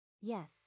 yes